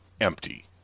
empty